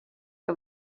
que